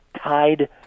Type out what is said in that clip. tied